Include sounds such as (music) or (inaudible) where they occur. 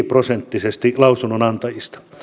(unintelligible) prosenttia lausunnonantajista